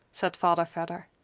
said father vedder.